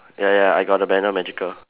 ya ya I got the banner magical